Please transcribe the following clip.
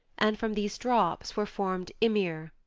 and from these drops were formed ymir,